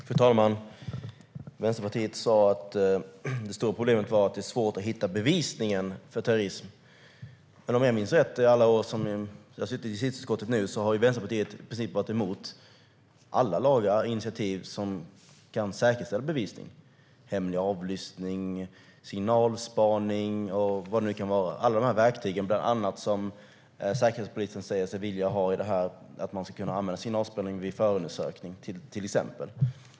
Fru talman! Vänsterpartiet sa att det stora problemet var att det är svårt att hitta bevisning när det gäller terrorism. Men om jag minns rätt har Vänsterpartiet i alla år som jag har suttit i justitieutskottet i princip varit emot alla lagar och initiativ som kan säkerställa bevisning: hemlig avlyssning, signalspaning och vad det nu kan vara. Det gäller alla de här verktygen, bland annat det som Säkerhetspolisen säger sig vilja ha. Det handlar om att man ska kunna använda signalspaning vid förundersökning, till exempel.